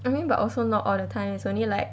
I mean but also not all the times only like